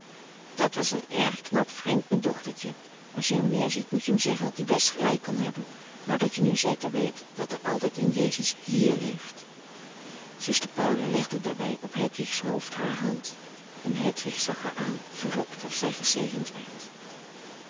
dat was een erg knap vrind mijn dochtertje als je hem weer ziet moet je hem zeggen dat hij best gelijk kan hebben maar dat je nu zeker weet dat er altijd een jezus hier leeft zuster paula legde daarbij op hedwigs hoofdhaar hand en hedwig zag haar aan verrukt of zij gezegend werd